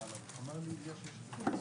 ועדת העבודה והרווחה.